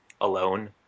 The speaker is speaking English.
alone